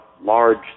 large